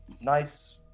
nice